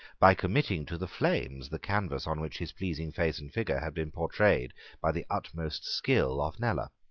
by committing to the flames the canvass on which his pleasing face and figure had been portrayed by the utmost skill of kneller.